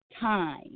time